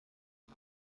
die